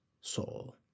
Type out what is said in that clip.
soul